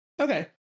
Okay